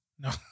No